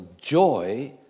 joy